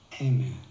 Amen